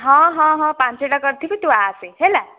ହଁ ହଁ ହଁ ପାଞ୍ଚ ଟା କରିଥିବି ତୁ ଆସେ ହେଲା